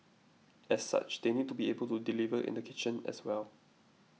as such they need to be able to deliver in the kitchen as well